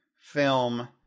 film